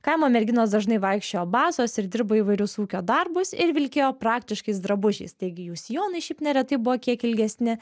kaimo merginos dažnai vaikščiojo basos ir dirbo įvairius ūkio darbus ir vilkėjo praktiškais drabužiais taigi jų sijonai šiaip neretai buvo kiek ilgesni